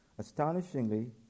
Astonishingly